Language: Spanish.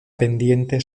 pendiente